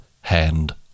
hand